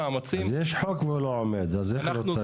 אז יש חוק והוא לא עומד, אז איך לא צריך?